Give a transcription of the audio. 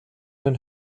den